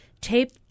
tape